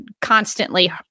constantly